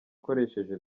ukoresheje